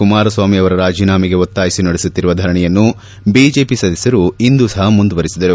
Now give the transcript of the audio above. ಕುಮಾರಸ್ವಾಮಿ ಅವರ ರಾಜೀನಾಮೆಗೆ ಒತ್ತಾಯಿಸಿ ನಡೆಸುತ್ತಿರುವ ಧರಣಿಯನ್ನು ಬಿಜೆಪಿ ಸದಸ್ಕರು ಇಂದು ಸಹ ಮುಂದುವರಿಸಿದರು